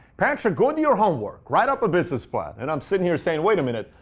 patrick, go do your homework. write up a business plan. and i'm sitting here saying, wait a minute.